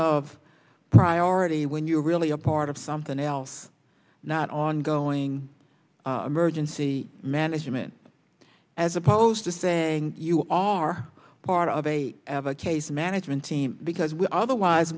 of priority when you're really a part of something else not ongoing emergency management as opposed to saying you are part of a case management team because we otherwise